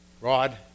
Rod